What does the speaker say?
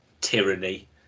tyranny